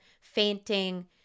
fainting